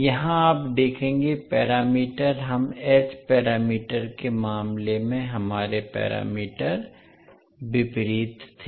यहाँ आप देखेंगे पैरामीटर हम एच पैरामीटर के मामले में हमारे विपरीत थे